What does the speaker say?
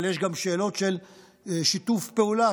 אבל יש גם שאלות של שיתוף פעולה,